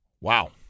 wow